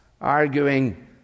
arguing